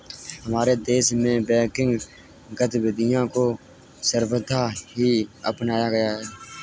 हमारे देश में बैंकिंग गतिविधियां को सर्वथा ही अपनाया गया है